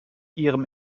ihrem